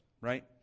right